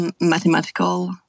mathematical